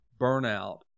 burnout